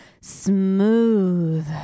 Smooth